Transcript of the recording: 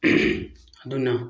ꯑꯗꯨꯅ